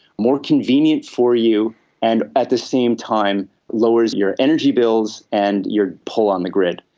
more convenient for you and at the same time lowers your energy bills and your pull on the grid.